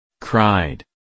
Cried